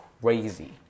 crazy